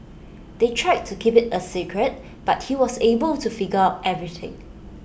they tried to keep IT A secret but he was able to figure everything out